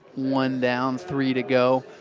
one down, three to go.